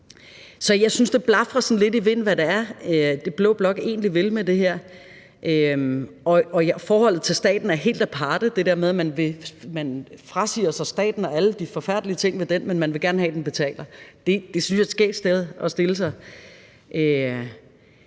Så jeg synes, det blafrer sådan lidt i vinden, hvad det er, blå blok egentlig vil med det her, og forholdet til staten er helt aparte, altså det der med, at man frasiger sig staten og alle de forfærdelige ting ved den, men man vil gerne have, den betaler. Det synes jeg er et skægt sted at stille sig. Og